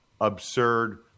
absurd